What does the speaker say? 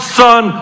son